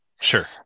sure